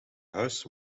huis